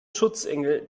schutzengel